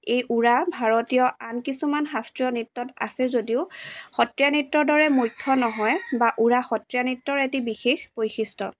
এই উৰা ভাৰতীয় আন কিছুমান শাস্ত্ৰীয় নৃত্যত আছে যদিও সত্ৰীয়া নৃত্যৰ দৰে মুখ্য নহয় বা উৰা সত্ৰীয়া নৃত্যৰ এটি বিশেষ বৈশিষ্ট্য